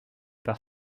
par